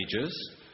ages